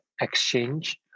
exchange